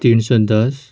تین سو دس